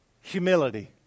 humility